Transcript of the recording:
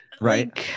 Right